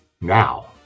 Now